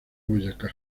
boyacá